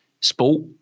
sport